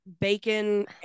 bacon